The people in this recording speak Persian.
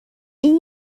این